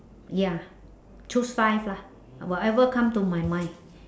ya choose five lah whatever come to my mind